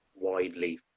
widely